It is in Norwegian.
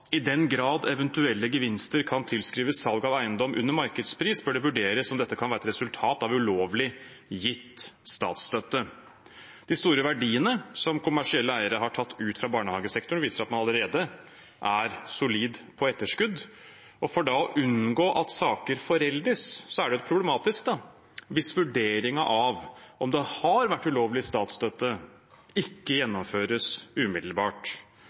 den grad eventuelle gevinster kan tilskrives salg av eiendom under markedspris, bør det vurderes om dette kan være et resultat av ulovlig gitt statsstøtte».» De store verdiene som kommersielle eiere har tatt ut fra barnehagesektoren, viser at man allerede er solid på etterskudd. For da å unngå at saker foreldes, er det problematisk hvis vurderingen av om det har vært ulovlig statsstøtte, ikke gjennomføres umiddelbart.